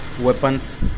weapons